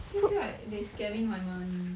still feel like they scamming my money